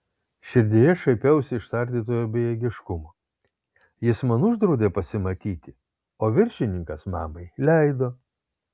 širdyje šaipiausi iš tardytojo bejėgiškumo jis man uždraudė pasimatyti o viršininkas mamai leido